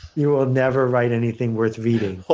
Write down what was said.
you will never write anything worth reading.